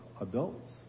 adults